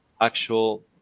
actual